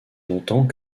longtemps